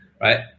right